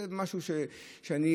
זה משהו שאני,